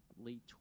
late